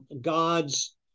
God's